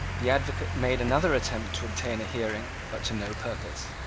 the advocate made another attempt to obtain a hearing, but to no purpose.